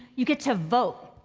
you get to vote.